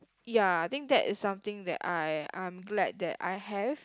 ya think that is something that I I'm glad that I have